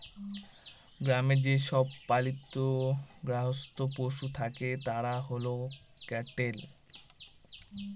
গ্রামে যে সব পালিত গার্হস্থ্য পশু থাকে তারা হল ক্যাটেল